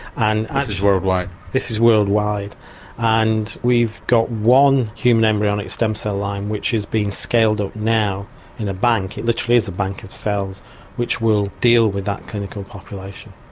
and ah is worldwide. this is worldwide and we've got one human embryonic stem cell line which is being scaled up now in a bank, it literally is a bank of cells which will deal with that clinical population.